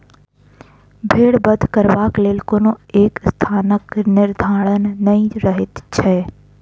भेंड़ बध करबाक लेल कोनो एक स्थानक निर्धारण नै रहैत छै